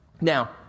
Now